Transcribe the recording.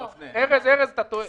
ארז, אתה טועה.